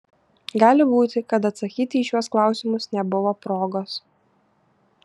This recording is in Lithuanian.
gali būti kad atsakyti į šiuos klausimus nebuvo progos